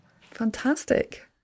Fantastic